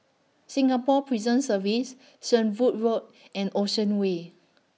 Singapore Prison Service Shenvood Road and Ocean Way